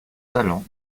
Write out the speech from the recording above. talents